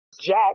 Jack